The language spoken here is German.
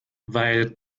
weil